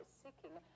seeking